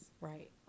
right